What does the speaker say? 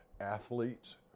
athletes